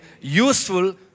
Useful